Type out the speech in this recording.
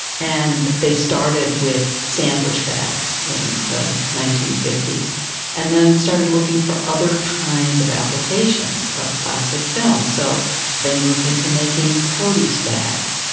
and they started with sandwich bags in the nineteen fifty s and then started looking for other kinds of applications of plastic film, so they moved into making produce bags,